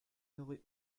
n’aurez